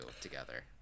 together